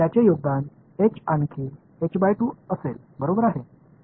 तर त्याचे योगदान h आणखी असेल बरोबर आहे